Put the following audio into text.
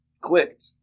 clicked